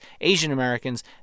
Asian-Americans